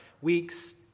weeks